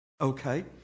Okay